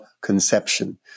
conception